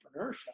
entrepreneurship